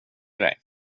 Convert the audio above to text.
dig